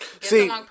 See